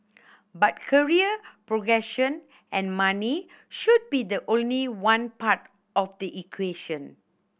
but career progression and money should be the only one part of the equation